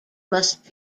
must